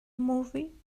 movie